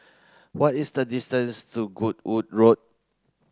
what is the distance to Goodwood Road